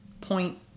point